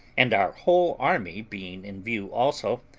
and our whole army being in view also,